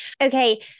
Okay